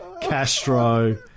Castro